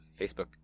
Facebook